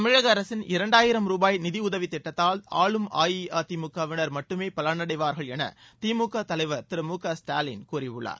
தமிழக அரசின் இரண்டாயிரம் ரூபாய் நிதியுதவி திட்டத்தால் ஆளும் அஇஅதிமுகவினர் மட்டுமே பலனடைவார்கள் என திமுக தலைவர் திரு மு க ஸ்டாலின் கூறியுள்ளார்